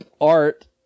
Art